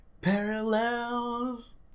Parallels